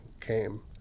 came